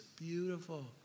beautiful